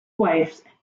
wife